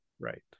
Right